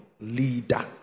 leader